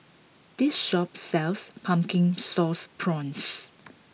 this shop sells Pumpkin Sauce Prawns